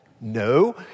No